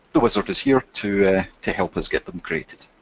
the wizard is here to to help us get them created.